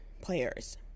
players